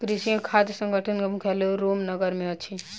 कृषि एवं खाद्य संगठन के मुख्यालय रोम नगर मे अछि